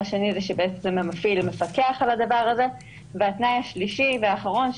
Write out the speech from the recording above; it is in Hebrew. השני זה שהמפעיל מפקח על הדבר הזה והתנאי השלישי והאחרון,